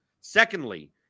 Secondly